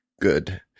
good